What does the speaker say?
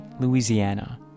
louisiana